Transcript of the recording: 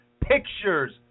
pictures